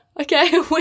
okay